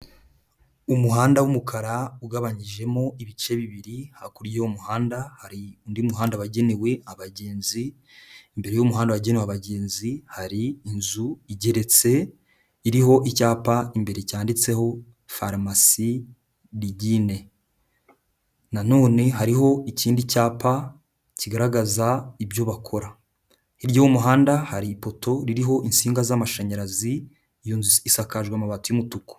Umuhanda w'umukara ugabanyijemo ibice bibiri, hakurya y'umuhanda hari undi muhanda wagenewe abagenzi, imbere y'umuhanda wagenewe abagenzi hari inzu igeretse iriho icyapa imbere cyanditseho farumasi Digine, nanone hariho ikindi cyapa kigaragaza ibyo bakora, hirya y'umuhanda hari ipoto ririho insinga z'amashanyarazi, iyo nzu isakajwe amabati y'umutuku.